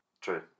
True